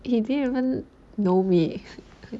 he didn't even know me